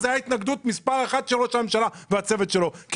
זאת הייתה התנגדות מספר אחת של ראש הממשלה והצוות שלו כי